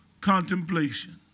contemplation